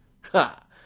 Ha